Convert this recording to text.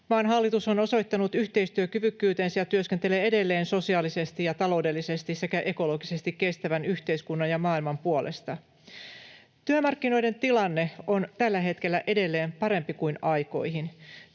Maan hallitus on osoittanut yhteistyökyvykkyytensä ja työskentelee edelleen sosiaalisesti ja taloudellisesti sekä ekologisesti kestävän yhteiskunnan ja maailman puolesta. Työmarkkinoiden tilanne on tällä hetkellä edelleen parempi kuin aikoihin.